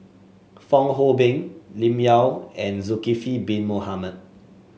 Fong Hoe Beng Lim Yau and Zulkifli Bin Mohamed